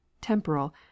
temporal